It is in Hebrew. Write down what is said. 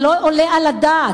זה לא עולה על הדעת.